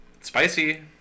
Spicy